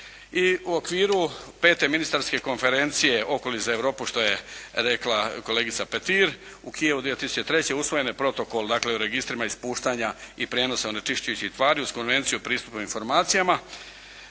I u okviru 5. ministarske konferencije okoliš za Europu što je rekla kolegica Petir, u Kijevu 2003. usvojen je Protokol o registrima ispuštanja i prijenosa onečišćujućih tvari uz Konvenciju o pristupu informacijama